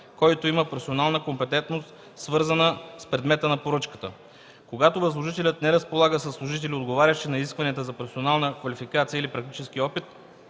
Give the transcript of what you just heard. който има професионална компетентност, свързана с предмета на поръчката. Когато възложителят не разполага със служители, отговарящи на изискванията за професионална квалификация или практически опит,